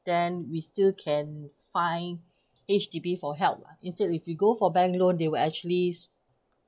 then we still can find H_D_B for help lah instead if we go for bank loan they will actually